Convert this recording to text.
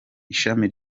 ishami